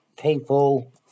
people